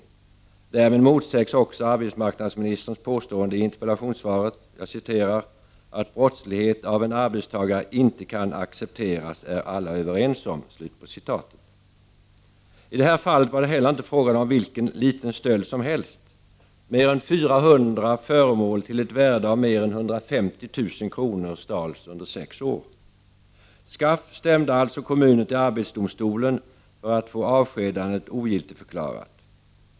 Därmed motsägs också arbetsmarknadsministerns påstående i interpellationssvaret: ”Att brottslighet av en arbetstagare inte kan accepteras är alla överens om”. I det här fallet var det heller inte fråga om vilken liten stöld som helst. Mer än 400 föremål till ett värde av mer än 150 000 kr. stals under sex år. SKAF stämde alltså kommunen till arbetsdomstolen för att få avskedandet ogiltigförklarat.